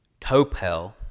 Topel